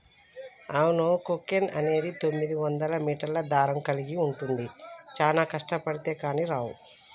అవును కోకెన్ అనేది తొమ్మిదివందల మీటర్ల దారం కలిగి ఉంటుంది చానా కష్టబడితే కానీ రావు